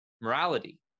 morality